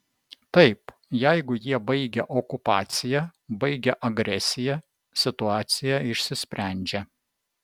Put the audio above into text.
taip jeigu jie baigia okupaciją baigia agresiją situacija išsisprendžia